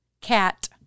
cat